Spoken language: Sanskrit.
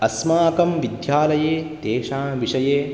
अस्माकं विद्यालये तेषां विषये